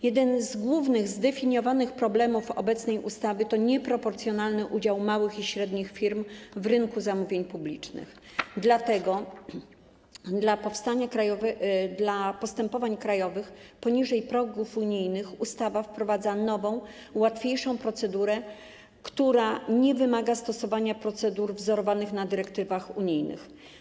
Jeden z głównych zdefiniowanych problemów obecnej ustawy to nieproporcjonalny udział małych i średnich firm w rynku zamówień publicznych, dlatego dla postępowań krajowych poniżej progów unijnych ustawa wprowadza nową, łatwiejszą procedurę, która nie wymaga stosowania procedur wzorowanych na dyrektywach unijnych.